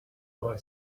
boy